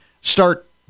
start